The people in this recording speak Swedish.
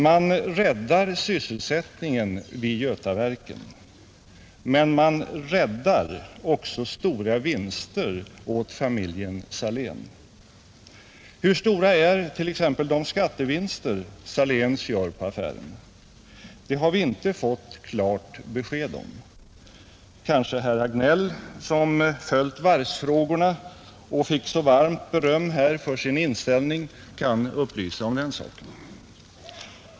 Man räddar sysselsättningen vid Götaverken, men man ”räddar” också stora vinster åt familjen Salén, Hur stora är t.ex. de skattevinster Saléns gör på affären? Det har vi inte fått klart besked om, Kanske herr Hagnell, som följt varvsfrågorna och fick så varmt beröm här för sin inställning, kan upplysa om den saken?